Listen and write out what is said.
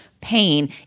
pain